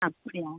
அப்படியா